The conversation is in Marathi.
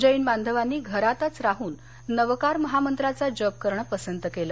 जेन बांधवांनी घरातच राहुन नवकार महामंत्राचा जप करणं पसंत केलं